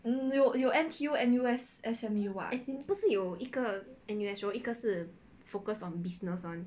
mm 有有 N_T_U N_U_S S_M_U [what]